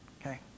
Okay